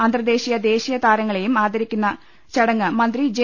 അന്തർദ്ദേശീയ ദേശീയ താരങ്ങളേയും ആദരിക്കുന്ന ചടങ്ങ് മന്ത്രി ജെ